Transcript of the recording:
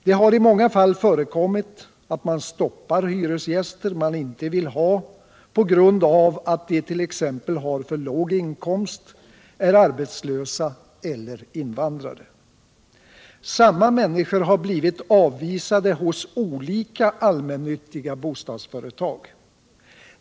Det har i många fall förekommit att man stoppar hyresgäster man inte vill ha på grund av att det.ex. har för låg inkomst, är arbetslösa eller invandrare. Samma människor har blivit avvisade hos olika allmännyttiga bostadsföretag.